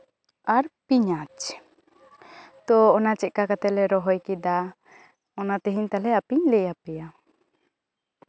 ᱟᱨ ᱯᱮᱸᱭᱟᱡ ᱛᱚ ᱚᱱᱟ ᱪᱮᱫ ᱞᱮᱠᱟ ᱠᱟᱛᱮᱜᱞᱮ ᱨᱚᱦᱚᱭ ᱠᱮᱫᱟ ᱚᱱᱟ ᱛᱮᱦᱮᱧ ᱛᱟᱦᱚᱞᱮ ᱟᱯᱮᱧ ᱞᱟᱹᱭ ᱟᱯᱮᱭᱟ